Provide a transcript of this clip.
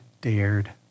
dared